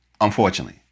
unfortunately